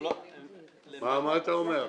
מה אתה אומר?